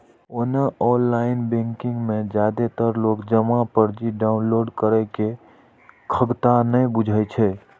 ओना online banking मे जादेतर लोक जमा पर्ची डॉउनलोड करै के खगता नै बुझै छै